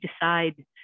decide